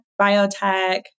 biotech